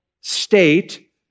state